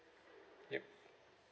yup